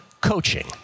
Coaching